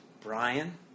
Brian